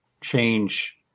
change